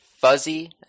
fuzzy